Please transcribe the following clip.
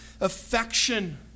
affection